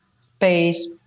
space